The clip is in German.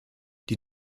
die